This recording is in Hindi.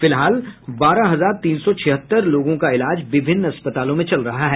फिलहाल बारह हजार तीन सौ छिहत्तर लोगों का इलाज विभिन्न अस्पतालों में चल रहा है